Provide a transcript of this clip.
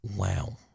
Wow